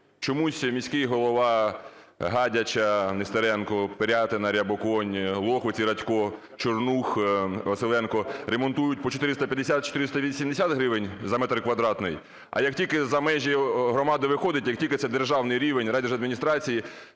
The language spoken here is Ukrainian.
Чомусь міський голова Гадяча Нестеренко, Пирятина – Рябоконь, Лохвиці – Радько, Чорнух – Василенко ремонтують по 450-480 гривень за метр квадратний, а як тільки за межі громади виходить, як тільки це державний рівень райдержадміністрації,–